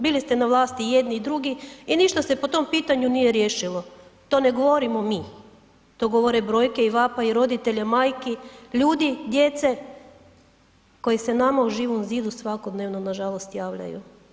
Bili ste na vlasti i jedni i drugi i ništa se po tom pitanju nije riješilo, to ne govorimo mi, to govore brojke i vapaji roditelja, majki, ljudi, djece koji se nama u Živom zidu svakodnevno nažalost javljaju.